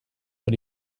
but